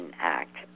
Act